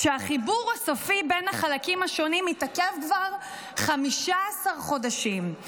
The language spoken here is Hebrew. כשהחיבור הסופי בין החלקים השונים מתעכב כבר 15 חודשים.